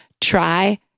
try